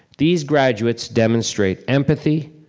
these graduates demonstrate empathy,